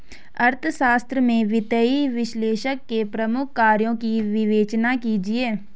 अर्थशास्त्र में वित्तीय विश्लेषक के प्रमुख कार्यों की विवेचना कीजिए